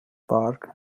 park